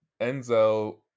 Enzo